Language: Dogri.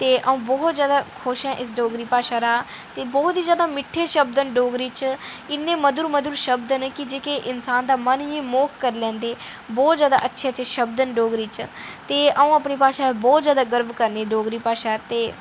ते अ'ऊं बहुत जैदा खुश ऐं इस डोगरी भाशा शा ते बहुत ई जैदा मिट्ठे शब्द न डोगरी च इन्ने मधुर मधुर शब्द न कि जेह्के इन्सान दा मन ई मोही लैंदे बहुत जैदा अच्छे अच्छे शब्द न डोगरी च ते अ'ऊं अपनी भाशा पर बहुत जैदा गौह् करनी डोगरी भाशा पर ते